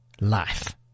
life